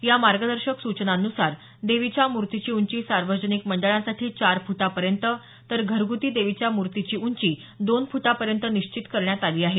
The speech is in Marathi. या मार्गदर्शक सूचनांनुसार देवीच्या मूर्तींची उंची सार्वजनिक मंडळांसाठी चार फुटांपर्यंत तर घरग्ती देवीच्या मूर्तीची उंची दोन फुटांपर्यंत निश्चित करण्यात आली आहे